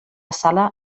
sala